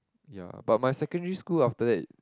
ya but my secondary school after that